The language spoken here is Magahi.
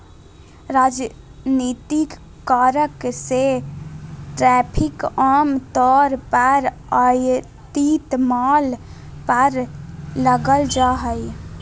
राजनीतिक कारण से टैरिफ आम तौर पर आयातित माल पर लगाल जा हइ